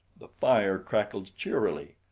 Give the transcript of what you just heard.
the fire crackled cheerily.